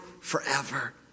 forever